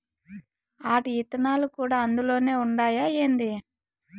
ఆటి ఇత్తనాలు కూడా అందులోనే ఉండాయా ఏంది